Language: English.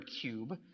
cube